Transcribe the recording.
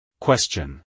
Question